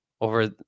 Over